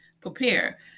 prepare